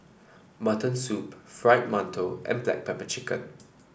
Mutton Soup Fried Mantou and Black Pepper Chicken